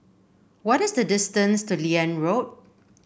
what is the distance to Liane Road